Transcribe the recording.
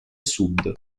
sud